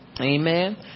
Amen